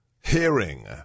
hearing